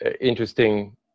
interesting